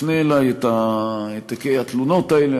תפנה אלי את העתקי התלונות האלה,